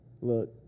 Look